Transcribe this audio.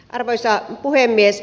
arvoisa puhemies